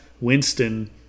Winston